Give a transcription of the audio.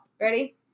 Ready